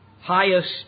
highest